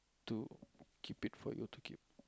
to keep it for you to keep